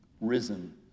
risen